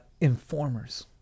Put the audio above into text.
informers